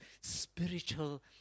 spiritual